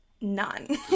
None